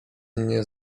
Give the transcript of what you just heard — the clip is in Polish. mnie